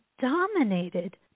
dominated